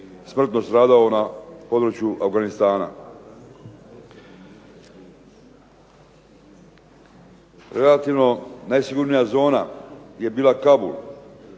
smrtno stradao na području Afganistana. Relativno najsigurnija zona je bila Kabul.